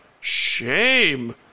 shame